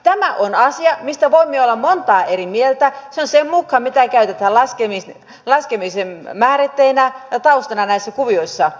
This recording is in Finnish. tämä on asia mistä voimme olla montaa eri mieltä sen mukaan mitä käytetään laskemisen määritteinä ja taustana näissä kuvioissa